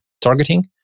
targeting